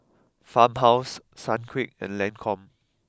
farmhouse Sunquick and Lancome